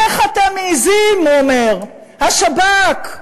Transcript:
איך אתם מעזים, הוא אומר, השב"כ,